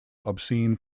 obscene